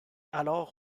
alors